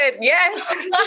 Yes